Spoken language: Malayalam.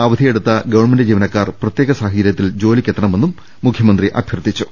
അവധിയെടുത്ത ഗവൺമെന്റ് ജീവനക്കാർ പ്രത്യേക സാഹ ചര്യത്തിൽ ജോലിക്കെത്തണമെന്നും മുഖ്യമന്ത്രി അഭ്യർത്ഥിച്ചു